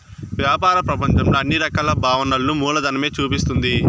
వ్యాపార ప్రపంచంలో అన్ని రకాల భావనలను మూలధనమే చూపిస్తుంది